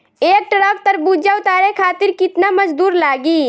एक ट्रक तरबूजा उतारे खातीर कितना मजदुर लागी?